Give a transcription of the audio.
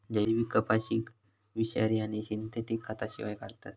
जैविक कपाशीक विषारी आणि सिंथेटिक खतांशिवाय काढतत